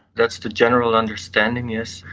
that's the general understanding, yes.